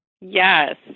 Yes